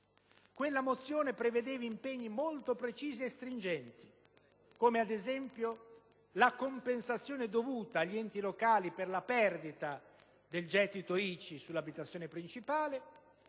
che prevedeva impegni molto precisi e stringenti, come ad esempio la compensazione dovuta agli enti locali per la perdita del gettito ICI sull'abitazione principale